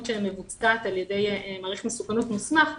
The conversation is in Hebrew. שמבוצעת על ידי מעריך מסוכנות מוסמך.